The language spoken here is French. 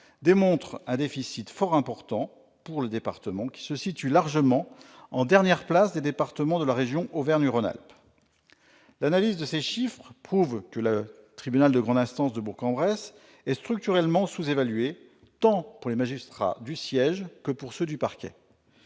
démontre un déficit fort important pour l'Ain, qui se situe largement en dernière place des départements de la région Auvergne-Rhône-Alpes. L'analyse de ces chiffres prouve que le tribunal de grande instance de Bourg-en-Bresse est structurellement sous-évalué, tant pour les magistrats du siège que pour ceux du parquet.